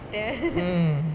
mm